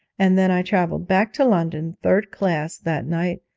and then i travelled back to london, third class, that night,